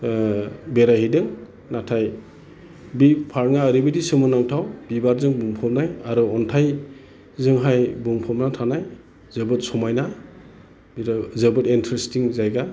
बेरायहैदों नाथाय बे पार्कआ ओरैबायदि सोमोनांथाव बिबारजों बुंफबनाय आरो अनथाइजोंहाय बुंफबना थानाय जोबोद समायना बेयो जोबोद इन्ट्रेसथिं जायगा